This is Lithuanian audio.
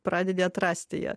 pradedi atrasti ją